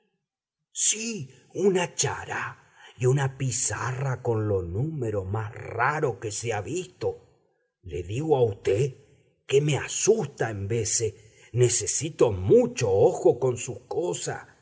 una chará y una pizarra con lo número má raros que se ha vito le digo a uté que me asuta en veces necesito mucho ojo con sus cosas